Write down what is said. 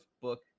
book